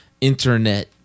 internet